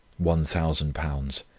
one thousand pounds.